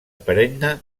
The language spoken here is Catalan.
perenne